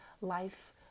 life